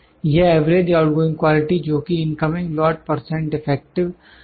यह average outgoing quality जोकि incoming lot percent defective है